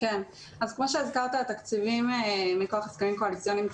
כמו שהזכרת התקציבים מכח הסכמים קואליציוניים,